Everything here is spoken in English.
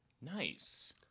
Nice